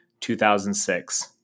2006